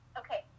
okay